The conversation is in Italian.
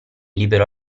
libero